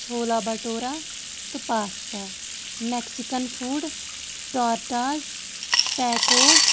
چھولا بَٹورا تہٕ pasta Mexican food tortas tacos